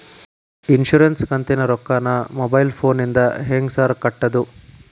Insurance ಕಂತಿನ ರೊಕ್ಕನಾ mobile ಫೋನಿಂದ ಹೆಂಗ್ ಸಾರ್ ಕಟ್ಟದು?